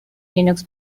linux